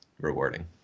rewarding